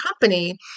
company